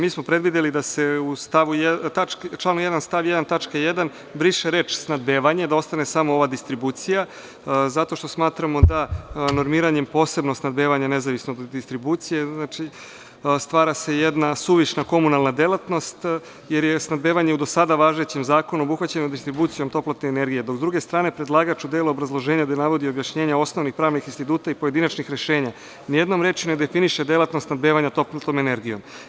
Mi smo predvideli da se u članu 1. stav 1. tačka 1. briše reč „snabdevanje“, da ostane samo ova distribucija, zato što smatramo normiranjem posebno snabdevanje nezavisno od distribucije stvara se jedna suvišna komunalna delatnost jer je snabdevanjem u do sada važećem zakonu obuhvaćeno distribucija toplotne energije, dok s druge strane predlagač u delu obrazloženja gde navodi objašnjenje osnovnih pravnih instituta i pojedinačnih rešenja ni jednom rečju ne definiše delatnost snabdevanje toplotnom energijom.